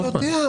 רוטמן.